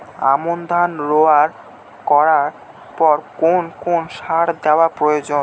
আমন ধান রোয়া করার পর কোন কোন সার দেওয়া প্রয়োজন?